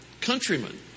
countrymen